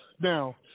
Now